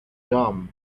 dumb